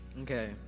Okay